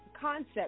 concept